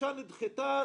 והודיעה לנו,